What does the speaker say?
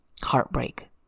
heartbreak